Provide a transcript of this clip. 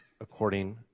according